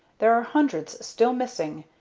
there are hundreds still missing,